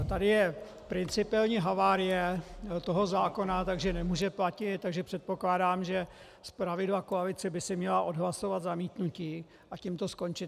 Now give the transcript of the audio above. Tady je principiálně havárie toho zákona, takže nemůže platit, takže předpokládám, že zpravidla koalice by si měla odhlasovat zamítnutí, a tím to skončit.